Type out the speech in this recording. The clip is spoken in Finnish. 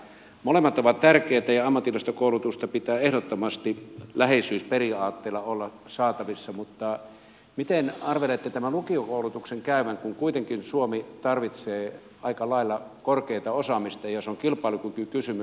molemmat ovat tärkeitä ja ammatillista koulutusta pitää ehdottomasti läheisyysperiaatteella olla saatavissa mutta miten arvelette tämän lukiokoulutuksen käyvän kun kuitenkin suomi tarvitsee aika lailla korkeata osaamista ja se on kilpailukykykysymys